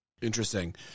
Interesting